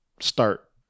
start